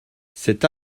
cet